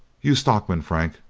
you stockman, frank,